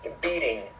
beating